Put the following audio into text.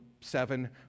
seven